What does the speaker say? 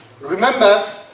Remember